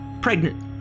pregnant